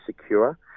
secure